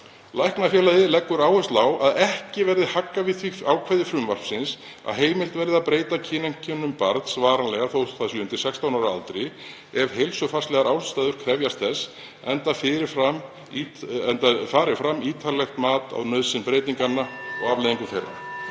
forseta: „LÍ leggur áherslu á að ekki verði haggað við því ákvæði frumvarpsins að heimilt verði að breyta kyneinkennum barns varanlega þó að það sé undir 16 ára aldri, ef heilsufarslegar ástæður krefjast þess, enda fari fram ítarlegt mat á nauðsyn breytinganna og afleiðingum þeirra